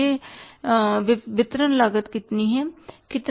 वितरण लागत कितनी है